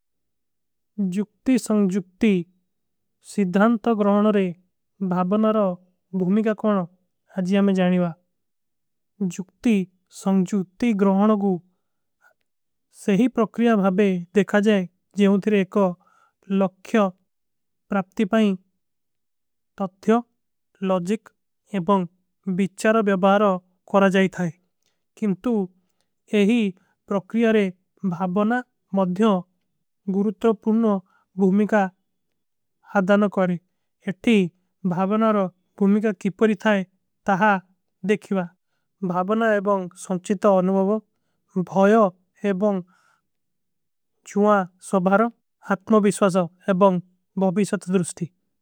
ଜୁକ୍ତି ସଂଜୁକ୍ତି ସିଦ୍ଧାନ୍ତ ଗ୍ରହନୋରେ ଭାଵନାରୋ ଭୁମିକା କୌନ ହାଜୀ। ଆମେଂ ଜାନୀଵା ଜୁକ୍ତି ସଂଜୁକ୍ତି ଗ୍ରହନୋଗୁ ସହୀ ପ୍ରକ୍ରିଯା ଭାଵେ ଦେଖା। ଜାଏ ଜେଵଂ ତିର ଏକ ଲଖ୍ଯ ପ୍ରାପ୍ତି ପାଇଂ ତତ୍ଯ ଲୋଜିକ ଏବଂ ବିଚ୍ଚାର। ବ୍ଯାବାର କରା ଜାଏ ଥାଈ କିମ୍ଟୂ ଏହୀ ପ୍ରକ୍ରିଯାରେ ଭାଵନା ମଧ୍ଯୋଂ। ଗୁରୁତ୍ର ପର୍ଣ ଭୁମିକା ହାଦାନ କରେଂ ଏଠୀ ଭାଵନାରୋ ଭୁମିକା କୀ। ପରିଥାଈ ତହାଁ ଦେଖିଵା ଭାଵନା ଏବଂ ସଂଚିତ ଅନୁଭଵୋ ଭଯୋ। ଏବଂ ଚୁଆ ସଭାରୋ ଅତ୍ମୋ ଵିଶ୍ଵାଜୋ ଏବଂ ବହୁଵିଷ୍ଵତ ଦୁରୁଷ୍ଥୀ।